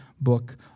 book